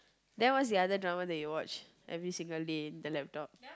then what's the other drama that you watch every single day in the laptop